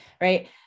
right